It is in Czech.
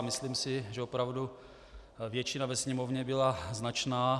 Myslím si, že opravdu většina ve Sněmovně byla značná.